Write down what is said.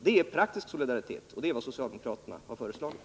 Det är praktisk solidaritet, och det är vad socialdemokraterna har föreslagit.